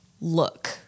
look